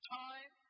time